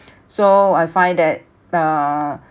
so I find that err